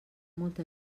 molta